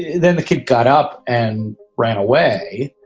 then the kid got up and ran away,